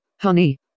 honey